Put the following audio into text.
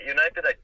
United